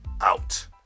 out